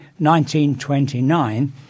1929